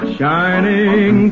shining